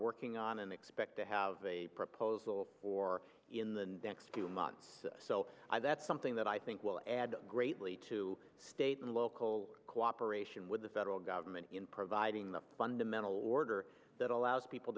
working on and expect to have a proposal or in the next few months so that's something that i think will add greatly to state and local cooperation with the federal government in providing the fundamental order that allows people